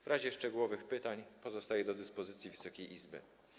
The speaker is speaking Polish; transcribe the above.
W razie szczegółowych pytań pozostaję do dyspozycji Wysokiej Izby.